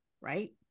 right